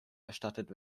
erstattet